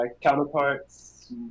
Counterparts